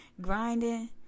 Grinding